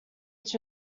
its